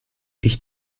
ich